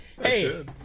hey